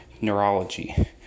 neurology